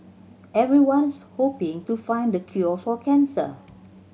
everyone's hoping to find the cure for cancer